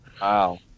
wow